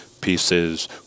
pieces